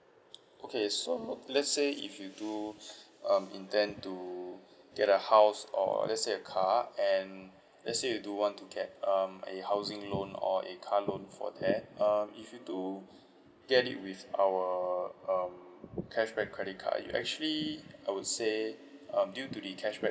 okay so let's say if you do um intend to get a house or let's say a car and let's say you do want to get um a housing loan or a car loan for that um if you to get it with our um cashback credit card you actually I would say um due to the cashback